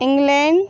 England